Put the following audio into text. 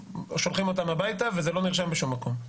שולחים אותם הביתה וזה לא נרשם בשום מקום.